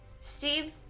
Steve